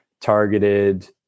targeted